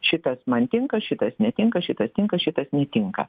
šitas man tinka šitas netinka šita tinka šitas netinka